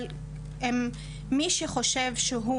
אבל מי שחושב שהוא,